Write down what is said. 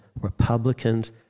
Republicans